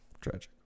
Tragic